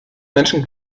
menschen